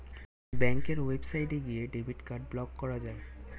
ব্যাঙ্কের ওয়েবসাইটে গিয়ে ডেবিট কার্ড ব্লক করা যায়